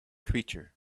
creature